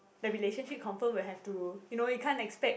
that relationship confirm will have to you know you can't expect